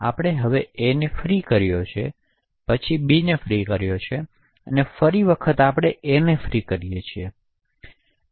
પછી આપણે a ને ફ્રી કર્યો b ને ફ્રી કર્યો અને પછી આપણે એક ફરી વખત a ને ફ્રી કર્યો